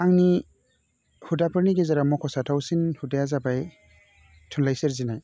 आंनि हुदाफोरनि गेजेराव मख'जाथावसिन हुदाया जाबाय थुनलाइ सोरजिनाय